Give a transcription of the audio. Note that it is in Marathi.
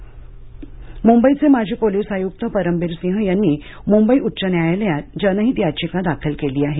परमबीर याचिका मुंबईचे माजी पोलीस आयुक्त परमबीर सिंह यांनी मुंबई उच्च न्यायालयात जनहित याचिका दाखल केली आहे